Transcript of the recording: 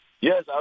Yes